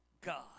God